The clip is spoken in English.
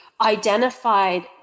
identified